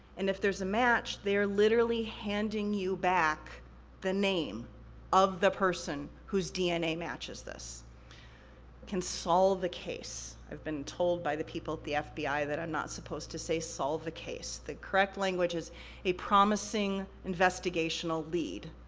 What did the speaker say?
and if there's a match, they are literally handing you back the name of the person whose dna matches this. it can solve the case. i've been told by the people at the fbi that i'm not supposed to say solve the case. the correct language is a promising investigational lead.